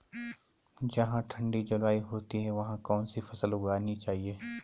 जहाँ ठंडी जलवायु होती है वहाँ कौन सी फसल उगानी चाहिये?